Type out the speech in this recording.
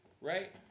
right